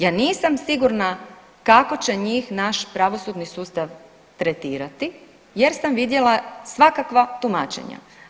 Ja nisam sigurna kako će njih naš pravosudni sustav tretirati jer sam vidjela svakakva tumačenja.